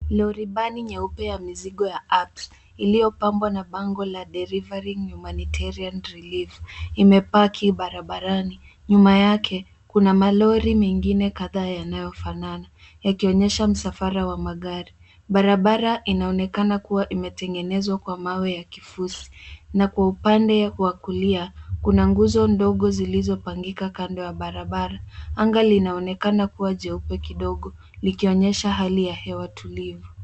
Lori bani nyeupi ya mizigo ya UPS iliyopandwa na bango la Delivering Humanitarian relief . Imepaki barabarani. Nyuma yake kuna malori mengine kadha yanayofanana yakionyesha msafara wa magari. Barabara inaonekana kuwa imetengenezwa kwa mawe ya kifusi. Na kwa upande wa kulia kuna nguzo ndogo zilizopangika kando ya barabara. Anga linaonekana kuwa jeupe kidogo, likionyesha hali ya hewa tulivu.